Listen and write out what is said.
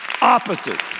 Opposite